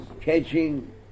catching